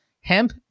hemp